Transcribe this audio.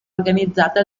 organizzate